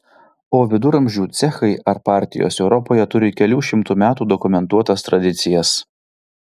o viduramžių cechai ar partijos europoje turi kelių šimtų metų dokumentuotas tradicijas